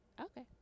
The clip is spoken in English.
Okay